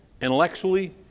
intellectually